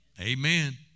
amen